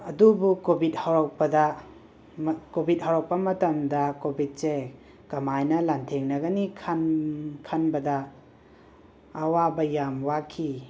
ꯑꯗꯨꯕꯨ ꯀꯣꯕꯤꯠ ꯍꯧꯔꯛꯄꯗꯥ ꯀꯣꯕꯤꯠ ꯍꯧꯔꯛꯄ ꯃꯇꯝꯗꯥ ꯀꯣꯕꯤꯠꯁꯦ ꯀꯃꯥꯏꯅ ꯂꯥꯟꯊꯦꯡꯅꯒꯅꯤ ꯈꯟ ꯈꯟꯕꯗꯥ ꯑꯥꯋꯥꯕ ꯌꯥꯝ ꯋꯥꯈꯤ